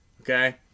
okay